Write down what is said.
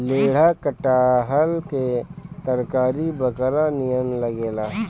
लेढ़ा कटहल के तरकारी बकरा नियन लागेला